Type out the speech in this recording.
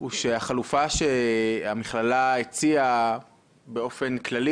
הוא שהחלופה שהמכללה הציעה באופן כללי,